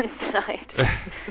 tonight